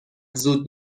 زود